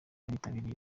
abitabiriye